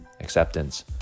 acceptance